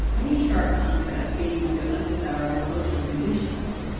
any sharp contrast being due to undesirable social conditions.